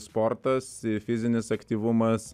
sportas fizinis aktyvumas